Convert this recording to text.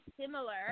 similar